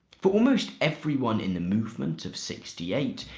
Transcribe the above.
for almost everyone in the movement of sixty eight,